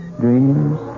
dreams